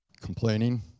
Complaining